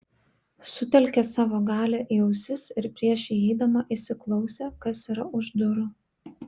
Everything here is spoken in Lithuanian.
sutelkė savo galią į ausis ir prieš įeidama įsiklausė kas yra už durų